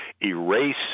erase